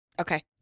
Okay